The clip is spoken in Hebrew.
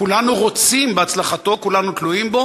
כולנו רוצים בהצלחתו, כולנו תלויים בו